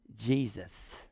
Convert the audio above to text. Jesus